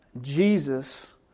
Jesus